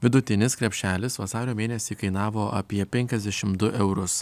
vidutinis krepšelis vasario mėnesį kainavo apie penkiasdešim du eurus